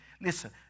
Listen